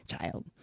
child